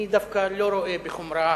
אני דווקא לא רואה בחומרה